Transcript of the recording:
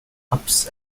ups